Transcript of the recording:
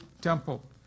temple